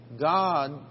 God